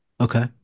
Okay